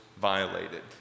violated